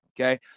okay